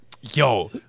Yo